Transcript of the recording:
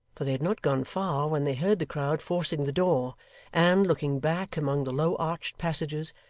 for they had not gone far when they heard the crowd forcing the door and, looking back among the low-arched passages,